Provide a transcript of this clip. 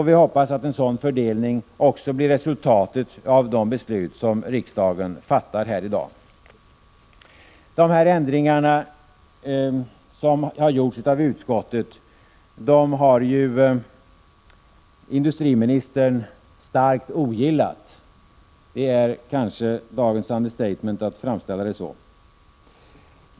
Vi hoppas att en sådan fördelning också blir resultatet av det beslut riksdagen fattar i dag. De ändringar som utskottet vill göra ogillas ju starkt av industriministern — det är kanske dagens understatement att framställa det så.